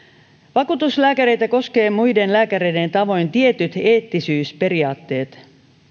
vakuutuslääkäreitä koskevat muiden lääkäreiden tavoin tietyt eettisyysperiaatteet